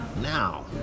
Now